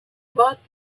bought